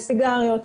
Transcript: סיגריות,